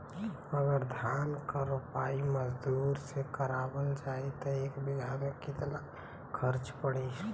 अगर धान क रोपाई मजदूर से करावल जाई त एक बिघा में कितना खर्च पड़ी?